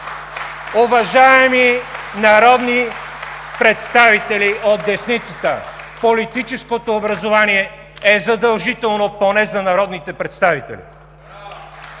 Уважаеми народни представители от десницата, политическото образование е задължително поне за народните представители.